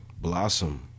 blossom